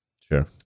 sure